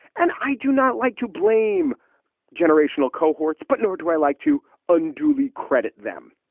and i do not like to blame generational cohorts, but nor do i like to unduly credit them.